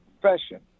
profession